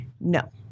No